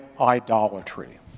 idolatry